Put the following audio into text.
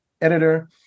editor